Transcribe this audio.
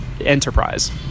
Enterprise